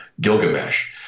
gilgamesh